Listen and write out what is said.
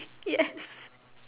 yes